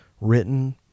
written